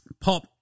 Pop